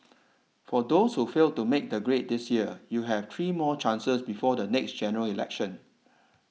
for those who failed to make the grade this year you have three more chances before the next General Election